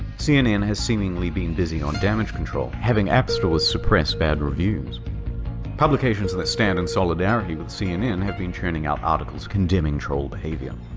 cnn has seemingly been busy on damage control, having absolute suppressed bad reviews publications that stand in solidarity with cnn have been churning out articles condemning troll behavior,